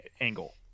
angle